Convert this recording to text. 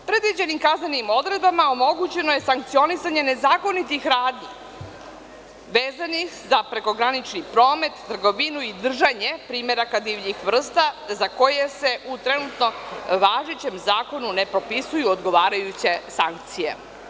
Predviđenim kaznenim odredbama omogućeno sankcionisanje nezakonitih radnji vezanih za prekogranični promet, trgovinu i držanje primeraka divljih vrsta za koje se u trenutno važećem zakonu ne propisuju odgovarajuće sankcije.